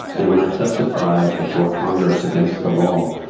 and when i testified before congress against the law,